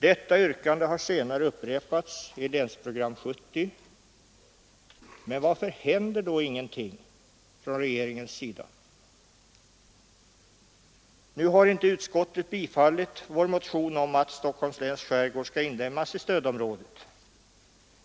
Detta yrkande har senare upprepats i Länsprogram 1970. Men varför händer då ingenting från regeringens sida? Nu har inte utskottet tillstyrkt vår motion om att Stockholms läns skärgård skall inlemmas i stödområdet.